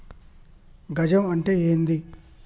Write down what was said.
గజం అంటే ఏంది?